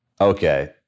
okay